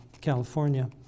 California